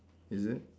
is it